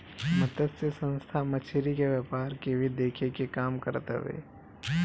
मतस्य संस्था मछरी के व्यापार के भी देखे के काम करत हवे